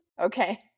Okay